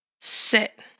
sit